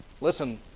Listen